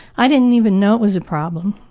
i didn't even know it was a problem.